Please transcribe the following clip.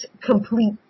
complete